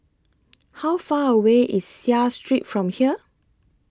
How Far away IS Seah Street from here